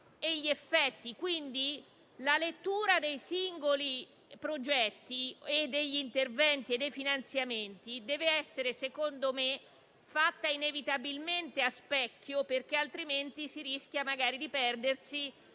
Quindi, la lettura dei singoli progetti, degli interventi e dei finanziamenti - secondo me - deve essere fatta inevitabilmente a specchio, perché altrimenti si rischia di perdersi